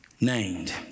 named